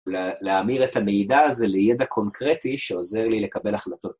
להמיר את המידע הזה לידע קונקרטי שעוזר לי לקבל החלטות.